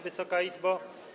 Wysoka Izbo!